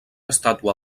estàtua